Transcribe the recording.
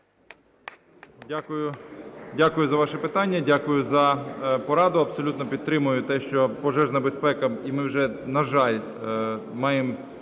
Дякую за ваше питання, дякую за пораду. Абсолютно підтримую те, що пожежна безпека... і ми вже, на жаль, маємо